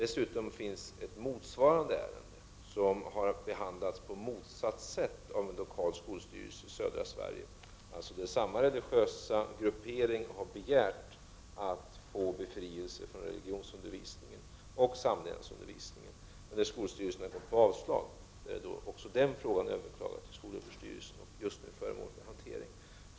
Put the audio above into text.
Dessutom finns det ett motsvarande ärende som har behandlats på motsatt sätt av en lokal skolstyrelse i södra Sverige. Samma religiösa grupp har alltså begärt att få befrielse från religionsundervisningen och samlevnadsundervisningen. Men skolstyrelsen har yrkat på avslag. Även detta ärende har överklagats till skolöverstyrelsen och är just nu föremål för hantering.